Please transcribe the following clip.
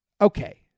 Okay